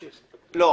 לא.